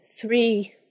three